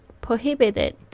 prohibited